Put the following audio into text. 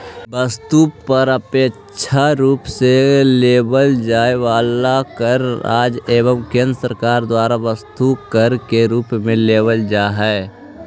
वस्तु पर अप्रत्यक्ष रूप से लेवल जाए वाला कर राज्य एवं केंद्र सरकार द्वारा वस्तु कर के रूप में लेवल जा हई